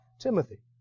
Timothy